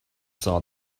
saw